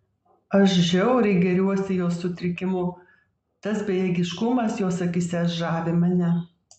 aš žiauriai gėriuosi jos sutrikimu tas bejėgiškumas jos akyse žavi mane